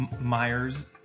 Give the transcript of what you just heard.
Myers